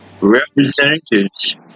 representatives